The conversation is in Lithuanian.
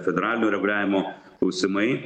federalinio reguliavimo klausimai